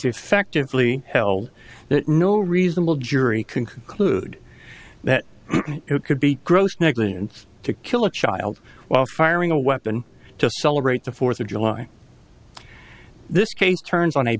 effectively held that no reasonable jury can conclude that it could be gross negligence to kill a child while firing a weapon to celebrate the fourth of july this case turns on